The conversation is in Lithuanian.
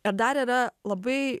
ir dar yra labai